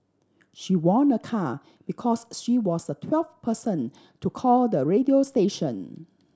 she won a car because she was the twelfth person to call the radio station